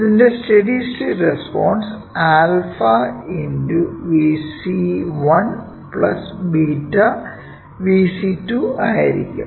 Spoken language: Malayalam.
ഇതിന്റെ steady state response 𝛂 × Vc1 𝜷 Vc2 ആയിരിക്കും